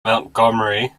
montgomery